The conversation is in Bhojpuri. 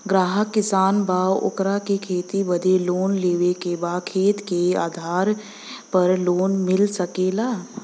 ग्राहक किसान बा ओकरा के खेती बदे लोन लेवे के बा खेत के आधार पर लोन मिल सके ला?